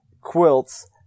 quilts